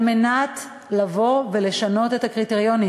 על מנת לבוא ולשנות את הקריטריונים.